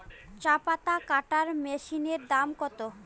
চাপাতা কাটর মেশিনের দাম কত?